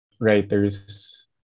writers